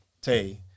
Tay